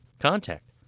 contact